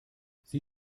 sie